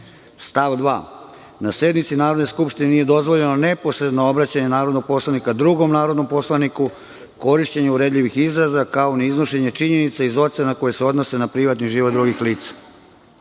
Na sednici Narodne skupštine nije dozvoljeno neposredno obraćanje narodnog poslanika drugom narodnom poslaniku, korišćenje uvredljivih izraza, kao ni iznošenje činjenica iz ocena koje se odnose na privatni život drugih